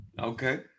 Okay